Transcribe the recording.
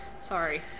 sorry